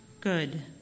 good